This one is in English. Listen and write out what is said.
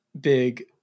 big